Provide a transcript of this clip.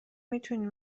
میتونی